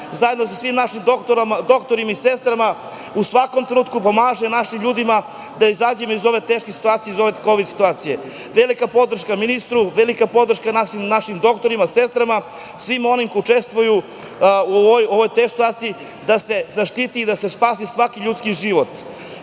zajedno sa svim našim doktorima i sestrama u svakom trenutku pomaže našim ljudima da izađemo iz ove teške situacije, iz ove kovid situacije. Velika podrška ministru, velika podrška našim doktorima, sestrama, svima onima koji učestvuju u ovoj teškoj situaciji da se zaštiti i da se spasi svaki ljudski život.